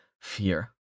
fear